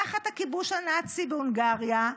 תחת הכיבוש הנאצי בהונגריה,